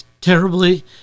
terribly